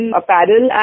apparel